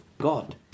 God